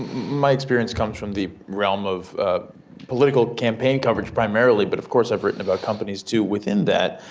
my experience comes from the realm of political campaign coverage primarily but of course i've written about companies to within that.